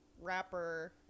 rapper